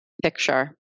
picture